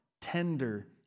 tender